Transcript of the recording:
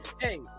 hey